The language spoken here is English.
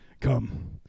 come